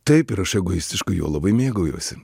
taip ir aš egoistiškai juo labai mėgaujuosi